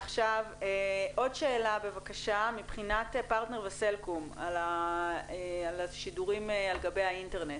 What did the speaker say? עכשיו עוד שאלה בבקשה מבחינת פרטנר וסלקום על השידורים על גבי האינטרנט,